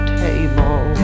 table